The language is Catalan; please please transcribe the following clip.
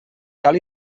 cal